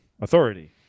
authority